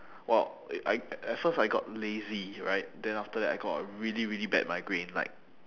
!wow! uh I uh at first I got lazy right then after that I got a really really bad migraine like